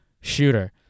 shooter